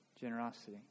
generosity